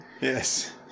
Yes